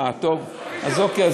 אז אוקיי,